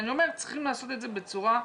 אני אומר צריכים לעשות את זה בצורה שקולה.